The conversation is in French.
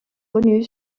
connue